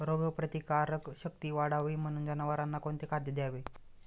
रोगप्रतिकारक शक्ती वाढावी म्हणून जनावरांना कोणते खाद्य द्यावे?